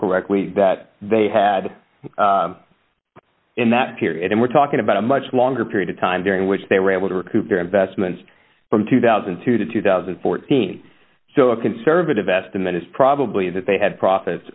correctly that they had in that period and we're talking about a much longer period of time during which they were able to recoup their investments from two thousand and two to two thousand and fourteen so a conservative estimate is probably that they had profits